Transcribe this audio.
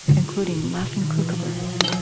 including laughing kookaburras,